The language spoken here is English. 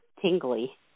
tingly